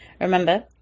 Remember